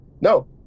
No